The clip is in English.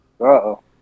Uh-oh